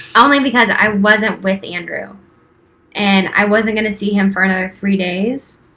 only because i wasn't with andrew and i wasn't going to see him for another three days.